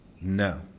No